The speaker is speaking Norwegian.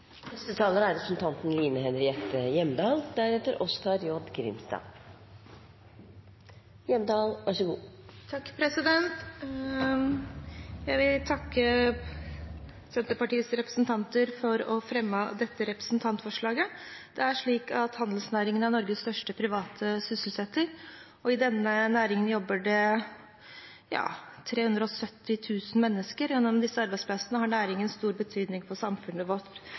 Jeg vil takke Senterpartiets representanter for å ha fremmet dette representantforslaget. Handelsnæringen er Norges største private sysselsetter. I denne næringen jobber 370 000 mennesker, og gjennom disse arbeidsplassene har næringen stor betydning for samfunnet vårt.